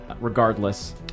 Regardless